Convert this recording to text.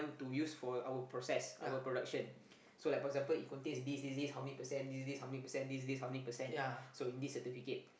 to use for our process our production so like for example it contains this this this how many percent this this how many percent this this how many percent so in this certificate